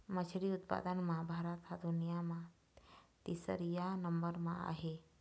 मछरी उत्पादन म भारत ह दुनिया म तीसरइया नंबर म आहे